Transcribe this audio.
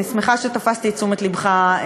אני שמחה שתפסתי את תשומת לבך,